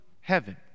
heaven